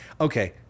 Okay